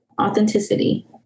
authenticity